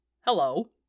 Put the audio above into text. hello